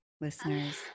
Listeners